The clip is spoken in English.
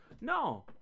no